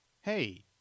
Hey